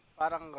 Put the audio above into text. parang